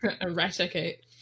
Eradicate